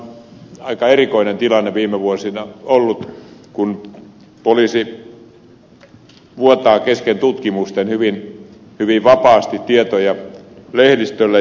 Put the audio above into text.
meillä on ollut aika erikoinen tilanne viime vuosina kun poliisi vuotaa kesken tutkimusten hyvin vapaasti tietoja lehdistölle